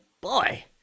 boy